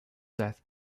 death